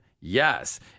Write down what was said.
Yes